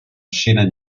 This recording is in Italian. scena